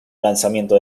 lanzamiento